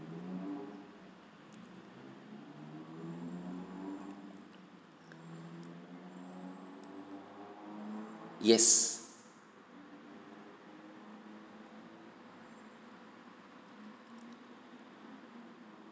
yes